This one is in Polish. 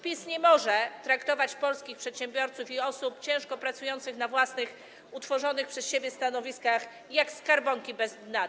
PiS nie może traktować polskich przedsiębiorców i osób ciężko pracujących na własnych, utworzonych przez siebie stanowiskach jak skarbonki bez dna.